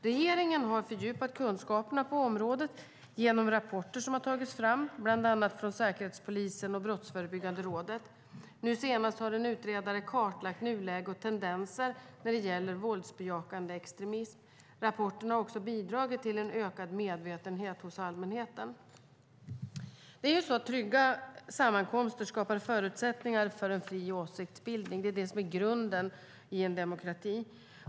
Regeringen har fördjupat kunskaperna på området genom rapporter som har tagits fram från bland annat Säkerhetspolisen och Brottsförebyggande rådet. Nu senast har en utredare kartlagt nuläge och tendenser angående våldsbejakande extremism. Rapporterna har också bidragit till en ökad medvetenhet hos allmänheten. Trygga sammankomster skapar förutsättningar för en fri åsiktsbildning. Det är det som är grunden i en demokrati.